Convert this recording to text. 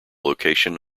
location